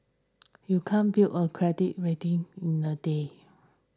you can't build a credit rating in a day